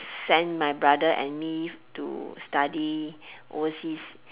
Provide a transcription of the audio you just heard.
send my brother and me to study overseas